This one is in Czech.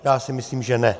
Já si myslím, že ne.